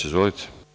Izvolite.